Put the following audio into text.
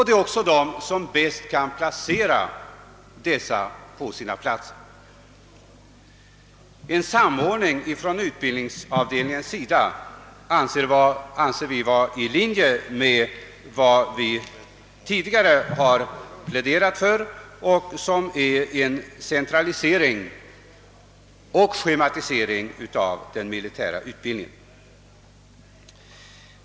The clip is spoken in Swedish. Det är också utbildningsavdelningen som bäst kan placera envar på hans plats. En samordning av utbildningen inom förbandet genom utbildningsavdelningarna anser vi vara i linje med vad vi tidigare talat för, nämligen en centralisering och i viss mån schematisering av den militära utbildningen.